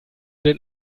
den